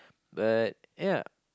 but ya